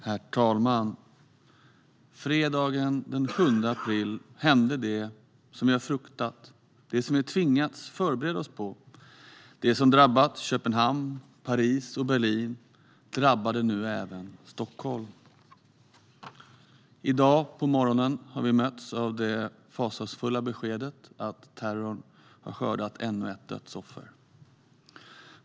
Herr talman! Fredagen den 7 april hände det som vi har fruktat och som vi har tvingats förbereda oss på. Det som har drabbat Köpenhamn, Paris och Berlin drabbade nu även Stockholm. I dag på morgonen har vi mötts av det fasansfulla beskedet att terrorn har skördat ännu ett dödsoffer.